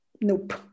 Nope